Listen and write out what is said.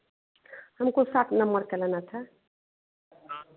हमको सात नंबर का लेना था